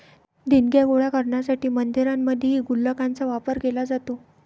देणग्या गोळा करण्यासाठी मंदिरांमध्येही गुल्लकांचा वापर केला जातो